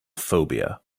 phobia